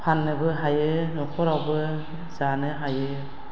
फाननोबो हायो न'खरावबो जानो हायो